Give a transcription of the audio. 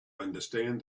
understand